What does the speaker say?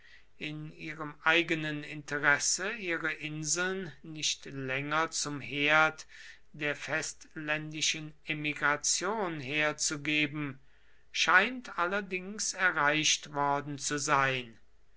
in ihrem eigenen interesse ihre inseln nicht länger zum herd der festländischen emigration herzugeben scheint allerdings erreicht worden zu sein